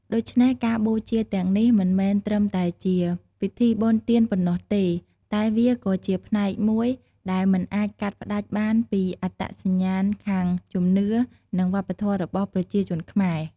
ដូច្នេះ ការបូជាទាំងនេះមិនមែនត្រឹមតែជាពិធីបុណ្យទានប៉ុណ្ណោះទេ តែវាក៏ជាផ្នែកមួយដែលមិនអាចកាត់ផ្ដាច់បានពី អត្តសញ្ញាណខាងជំនឿ និងវប្បធម៌របស់ប្រជាជនខ្មែរ។